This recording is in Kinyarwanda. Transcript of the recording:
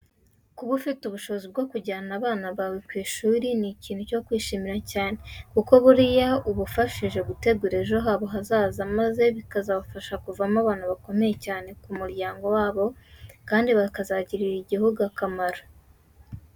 Kuba ufite ubushobozi bwo kujyana abana bawe ku ishuri ni ikintu cyo kwishimira cyane, kuko buriya uba ubafashije gutegura ejo habo hazaza maze bikazabafasha kuvamo abantu bakomeye cyane ku muryango wabo kandi bazagirira n'igihugu akamaro.